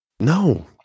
No